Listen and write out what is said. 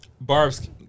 Barb's